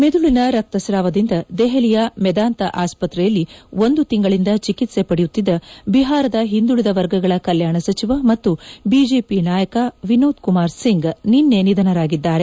ಮೆದುಳಿನ ರಕ್ತಸ್ರಾವದಿಂದ ದೆಪಲಿಯ ಮೆದಾಂತ ಆಸ್ತ್ರೆಯಲ್ಲಿ ಒಂದು ತಿಂಗಳಿಂದ ಚಿಕಿತ್ಲೆ ಪಡೆಯುತ್ತಿದ್ದ ಬಿಪಾರದ ಒಂದುಳಿದ ವರ್ಗಗಳ ಕಲ್ಕಾಣ ಸಚಿವ ಮತ್ತು ಬಿಜೆಪಿ ನಾಯಕ ವಿನೋದ್ ಕುಮಾರ್ ಸಿಂಗ್ ನಿನ್ನೆ ನಿಧನರಾಗಿದ್ದಾರೆ